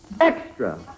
Extra